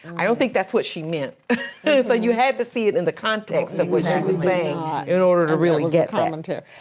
i don't think that's what she meant. so you had to see it in the context and of what she was saying in order to really get um um that.